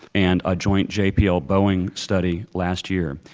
and a joint jpl boeing study last year.